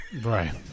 Right